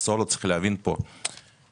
סולו אני יודע לומר שלא מדובר בהכבדה כבדה.